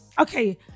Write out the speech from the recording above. Okay